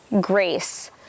grace